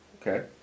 Okay